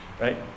right